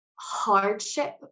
hardship